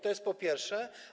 To jest po pierwsze.